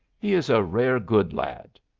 he is a rare good lad.